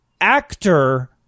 actor